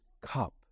cup